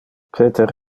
peter